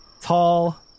tall